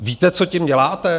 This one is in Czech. Víte, co tím děláte?